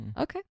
Okay